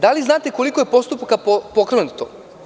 Da li znate koliko je postupaka pokrenuto?